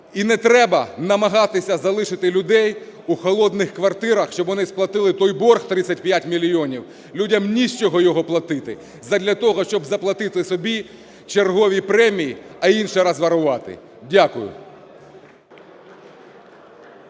…і не треба намагатися залишити людей у холодних квартирах, щоб вони сплатили той борг 35 мільйонів, людям ні з чого його платити, задля того, щоб заплатити собі чергові премії, а іншерозворувати. Дякую.